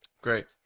Great